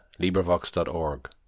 LibriVox.org